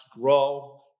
grow